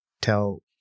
tell